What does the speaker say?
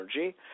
energy